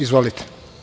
Izvolite.